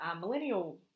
millennial